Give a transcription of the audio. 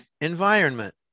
environment